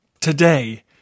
Today